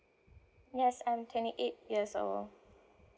yes I'm twenty eight years old